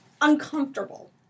uncomfortable